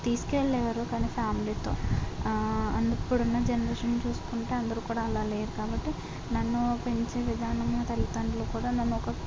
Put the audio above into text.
తీసుకెళ్ళే వారు కానీ ఫ్యామిలీతో ఇప్పుడు ఉన్న జనరేషన్ చూసుకుంటే అందరూ కూడా లేరు కాబట్టి నన్ను పెంచే విధానం తల్లిదండ్రులు కూడా నన్ను ఒక